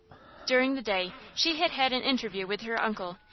during the day she had had an interview with her uncle,